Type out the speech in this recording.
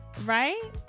Right